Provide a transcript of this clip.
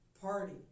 party